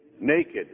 naked